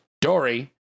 Dory